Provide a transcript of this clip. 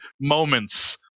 moments